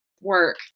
work